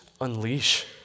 unleash